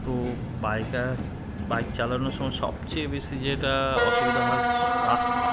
তো biker bike চালানোর সময় সবচেয়ে বেশি যেটা অসুবিধা হয় রাস্তা